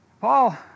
Paul